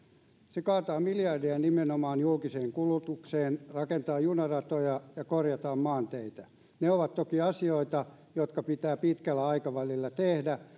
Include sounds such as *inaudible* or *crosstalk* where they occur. se kaataa miljardeja nimenomaan julkiseen kulutukseen rakentaa junaratoja ja korjaa maanteitä ne ovat toki asioita jotka pitää pitkällä aikavälillä tehdä *unintelligible*